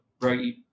right